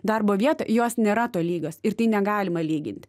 darbo vietą jos nėra tolygios ir tai negalima lygint